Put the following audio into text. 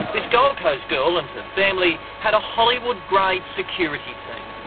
this gold coast girl and her family had a hollywood grade security team.